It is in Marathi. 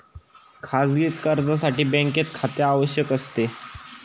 खाजगी कर्जासाठी बँकेत खाते आवश्यक असते